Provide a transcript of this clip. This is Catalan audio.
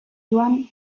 joan